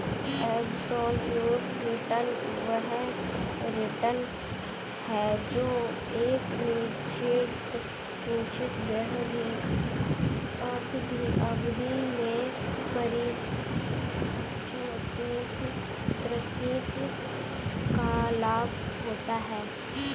absolute return वह return है जो एक निश्चित अवधि में परिसंपत्ति का लाभ होता है